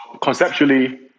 conceptually